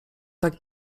tak